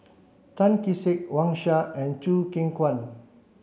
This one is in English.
Tan Kee Sek Wang Sha and Choo Keng Kwang